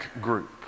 group